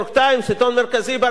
עיתון מרכזי בארצות-הברית.